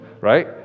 right